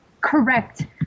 correct